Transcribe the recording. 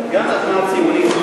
גם התנועה הציונית,